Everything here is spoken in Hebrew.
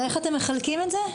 איך אתם מחלקים את זה?